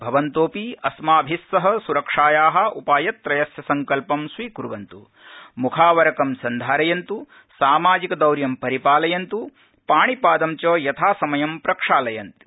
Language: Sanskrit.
भवन्तोऽपि अस्माभि सह सुरक्षाया उपायत्रयस्य सड़कल्पं स्वीकृर्वन्तु मुखावरकं सन्धारयन्तु सामाजिकदौर्य परिपालयन्तु पाणिपादं च यथासमयं प्रक्षालयन्तु